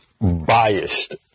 biased